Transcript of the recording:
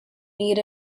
need